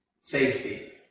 safety